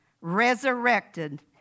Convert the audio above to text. resurrected